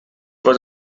was